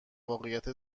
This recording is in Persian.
واقعیت